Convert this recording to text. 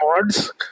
mods